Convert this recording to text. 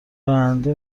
راننده